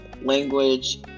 language